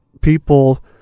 people